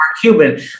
Cuban